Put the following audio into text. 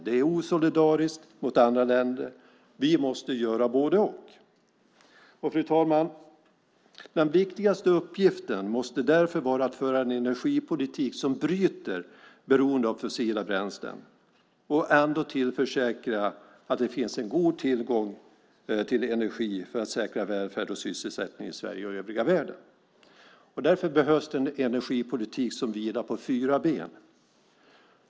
Det är osolidariskt mot andra länder. Vi måste göra både-och. Fru talman! Den viktigaste uppgiften måste vara att föra en energipolitik som bryter beroendet av fossila bränslen och ändå tillförsäkra att det finns en god tillgång till energi för att säkra välfärd och sysselsättning i Sverige och övriga världen. Därför behövs det en energipolitik som vilar på fyra ben.